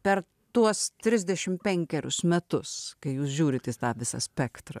per tuos trisdešimt penkerius metus kai jūs žiūrite į tą visą spektrą